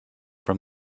from